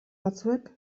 batzuek